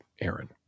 Aaron